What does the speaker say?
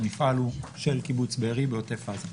המפעל הוא של קיבוץ בארי בעוטף עזה.